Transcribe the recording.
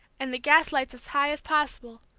and the gas-lights as high as possible,